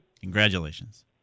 Congratulations